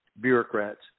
bureaucrats